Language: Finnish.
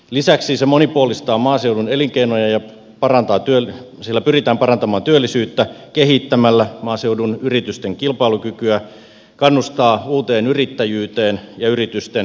lisäksi se monipuolistaa maaseudun elinkeinoja ja sillä pyritään parantamaan työllisyyttä kehittämällä maaseudun yritysten kilpailukykyä kannustamaan uuteen yrittäjyyteen ja yritysten verkostoitumiseen